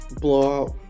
Blowout